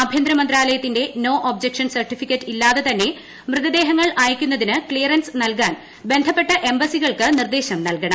ആഭ്യന്തര മന്ത്രലയത്തിന്റെ no objection certificate ഇല്ലാതെ തന്നെ മൃതദേഹങ്ങൾ അയക്കുന്നതിന് ക്തിയറൻസ് നൽകാൻ ബന്ധപ്പെട്ട എംബസികൾക്ക് നിർദേശം നൽകണം